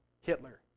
Hitler